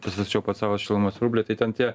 pasistačiau pats sau šilumos siurblį tai ten tie